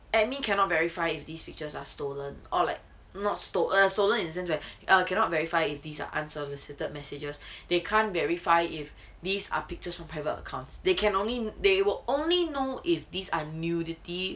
admin cannot verify if these features are stolen or like not stole stolen isn't where cannot verify if these are unsolicited messages they can't verify if these are pictures from private accounts they can only they will only know if these are nudity